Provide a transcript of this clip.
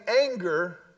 anger